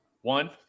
One